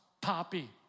poppy